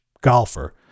golfer